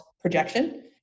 projection